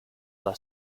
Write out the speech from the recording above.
alla